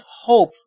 hope